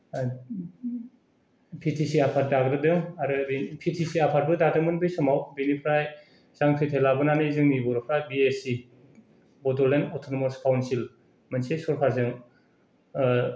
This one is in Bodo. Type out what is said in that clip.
पि टि चि आफाद दाग्रोदों आरो पि टि चि आफादबो दादोंमोन बे समाव बेनिफ्राय जांख्रिथाय लाबोनानै जोंनि बर'फ्रा B A C Bodoland autonomous council मोनसे सरकारजों